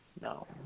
no